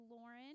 Lauren